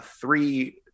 three